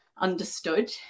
understood